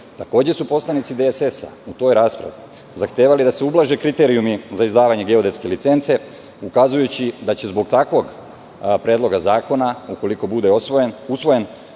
Takođe su poslanici DSS u toj raspravi zahtevali da se ublaže kriterijumi za izdavanje geodetske licence, ukazujući da će zbog takvog predloga zakona, ukoliko bude usvojen,